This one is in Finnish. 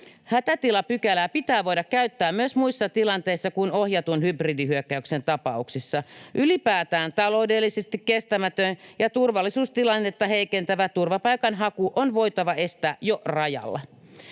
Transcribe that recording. Hätätilapykälää pitää voida käyttää myös muissa tilanteissa kuin ohjatun hybridihyökkäyksen tapauksissa. Ylipäätään taloudellisesti kestämätön ja turvallisuustilannetta heikentävä turvapaikanhaku on voitava estää jo rajalla.